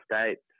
States